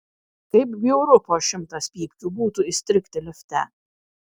kaip bjauru po šimtas pypkių būtų įstrigti lifte